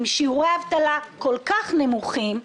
עם שיעורי אבטלה כל כך נמוכים,